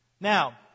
Now